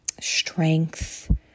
strength